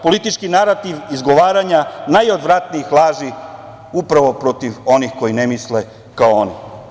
Politički narativ izgovaranja najodvratnijih laži upravo protiv onih koji ne misle kao oni.